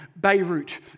Beirut